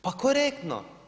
Pa korektno.